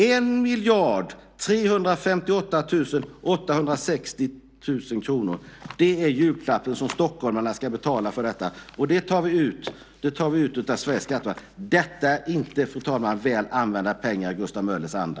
1 358 860 000 kr är julklappen till stockholmarna; det ska de betala för detta. Det tar vi ut av Sveriges skattebetalare. Detta är inte, fru talman, väl använda pengar i Gustav Möllers anda.